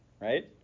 right